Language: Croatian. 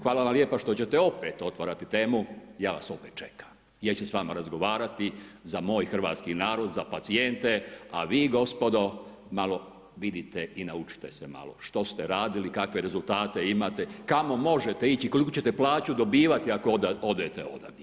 Hvala vam lijepa što ćete opet otvarati temu, ja vas opet čekam jer ću s vama razgovarati za moj hrvatski narod, za pacijente, a vi gospodo malo vidite i naučite se malo, što ste radili, kakve rezultate imate, kamo možete ići i koliku ćete plaću dobivati ako odate odavde.